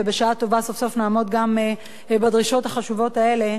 ובשעה טובה סוף-סוף נעמוד גם בדרישות החשובות האלה.